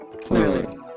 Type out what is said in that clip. Clearly